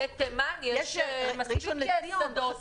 ראשון לציון.